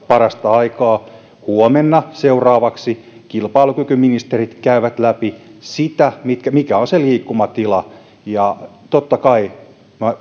parasta aikaa huomenna seuraavaksi kilpailukykyministerit käyvät läpi näitä asioita ja sitä mikä on se liikkumatila ja totta kai me